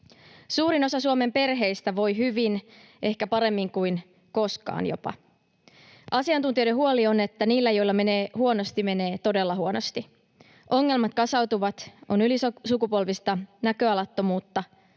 Suurin osa Suomen perheistä voi hyvin, ehkä jopa paremmin kuin koskaan. Asiantuntijoiden huoli on, että niillä, joilla menee huonosti, menee todella huonosti. Ongelmat kasautuvat, on ylisukupolvista näköalattomuutta,